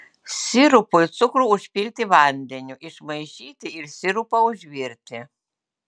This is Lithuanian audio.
sirupui cukrų užpilti vandeniu išmaišyti ir sirupą užvirti